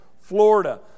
Florida